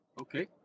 Okay